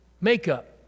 makeup